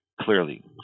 Clearly